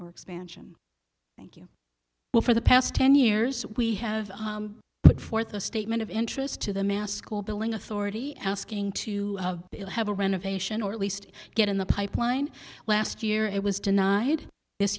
or expansion thank you for the past ten years we have put forth a statement of interest to the mass school building authority asking to have a renovation or at least get in the pipeline last year it was denied this